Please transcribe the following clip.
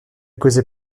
causait